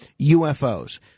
UFOs